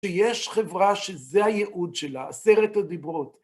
שיש חברה שזה הייעוד שלה, עשרת הדיברות.